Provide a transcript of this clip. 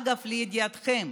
אגב, לידיעתכם,